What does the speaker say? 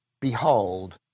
Behold